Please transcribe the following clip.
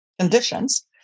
conditions